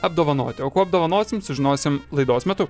apdovanoti o kuo apdovanosim sužinosim laidos metu